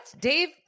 Dave